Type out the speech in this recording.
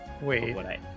Wait